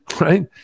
Right